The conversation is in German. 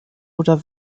oder